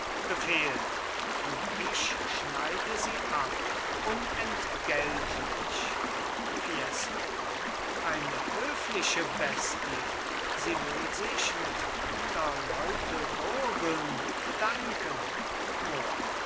befehlt und ich schneide sie ab unentgeltlich fiesco eine höfliche bestie sie will sich mit fremder leute gurgeln bedanken mohr